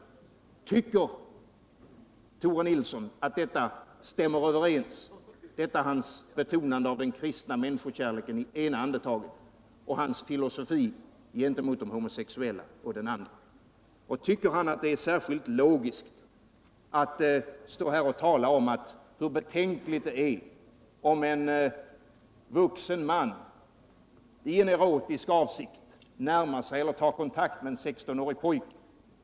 Stämmer Tore Nilssons betonande av den kristna människokärleken i det ena andetaget överens med hans filosofi gentemot de homosexuella i det andra? Tycker Tore Nilsson att det är särskilt logiskt att tala om hur betänkligt det äratt en vuxen man i en erotisk avsikt närmar sig eller tar kontakt med en 16 årig pojke?